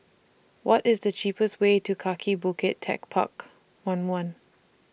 What IS The cheapest Way to Kaki Bukit Techpark one one